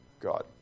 God